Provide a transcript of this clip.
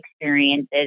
experiences